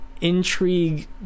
intrigue